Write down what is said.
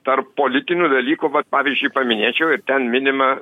tarp politinių dalykų vat pavyzdžiui paminėčiau ir ten minima